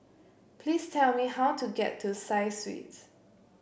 please tell me how to get to Side Suites